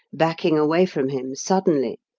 backing away from him suddenly,